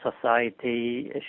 society